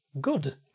Good